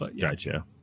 Gotcha